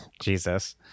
Jesus